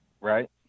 right